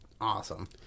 awesome